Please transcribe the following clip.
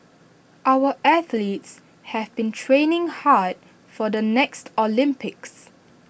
our athletes have been training hard for the next Olympics